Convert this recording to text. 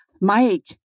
Mike